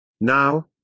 Now